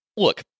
Look